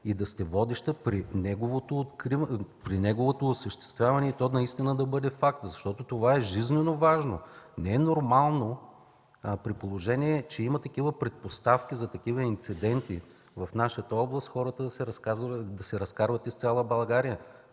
да сте водеща при неговото осъществяване и то наистина да бъде факт, защото това е жизненоважно. Не е нормално, при положение че има предпоставки за такива инциденти в нашата област, хората да се разкарват из цяла България.